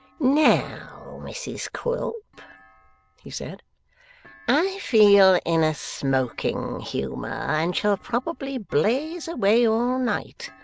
now, mrs quilp he said i feel in a smoking humour, and shall probably blaze away all night.